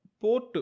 port